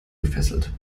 gefesselt